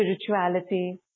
spirituality